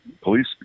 police